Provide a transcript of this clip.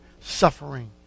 suffering